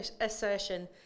assertion